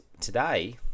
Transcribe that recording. Today